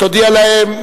תודיע להם,